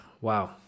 wow